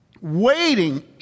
Waiting